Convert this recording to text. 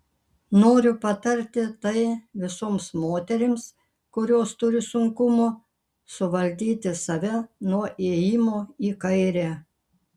noriu patarti tai visoms moterims kurios turi sunkumų suvaldyti save nuo ėjimo į kairę